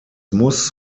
muss